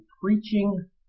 preaching